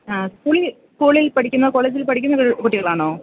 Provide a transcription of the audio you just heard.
ആ സ്കൂളിൽ സ്കൂളിൽ പഠിക്കുന്ന കോളേജിൽ പഠിക്കുന്ന കുട്ടികളാണോ